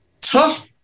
tough